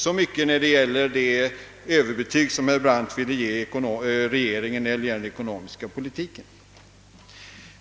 Så mycket när det gäller det överbetyg herr Brandt ville ge regeringen och den ekonomiska politiken!